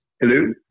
Hello